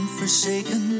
forsaken